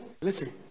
Listen